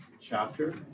chapter